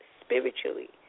spiritually